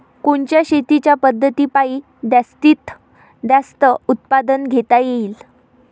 कोनच्या शेतीच्या पद्धतीपायी जास्तीत जास्त उत्पादन घेता येईल?